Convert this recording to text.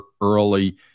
early